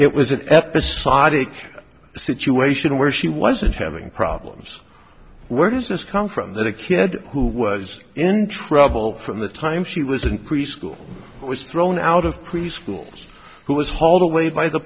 it was an episodic situation where she wasn't having problems where does this come from that a kid who was in trouble from the time she was increase cool was thrown out of preschools who was hauled away by the